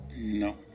No